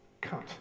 cut